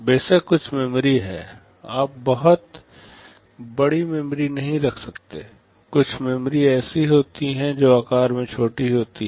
बेशक कुछ मेमोरी है आप बहुत बड़ी मेमोरी नहीं रख सकते कुछ मेमोरी ऐसी होती है जो आकार में छोटी होती है